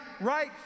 right